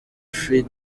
free